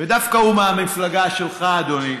ודווקא הוא מהמפלגה שלך, אדוני.